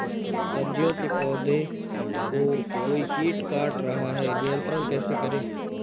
सब्जियों के पौधें को कोई कीट काट रहा है नियंत्रण कैसे करें?